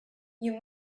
you